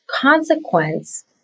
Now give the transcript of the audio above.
Consequence